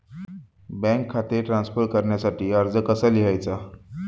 Bank खाते transfer करण्यासाठी अर्ज कसा लिहायचा?